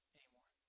anymore